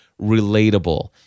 relatable